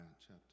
chapter